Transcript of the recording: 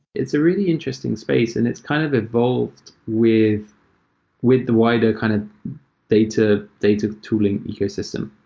it's a really interesting space and it's kind of evolved with with the wider kind of data data tooling ecosystem.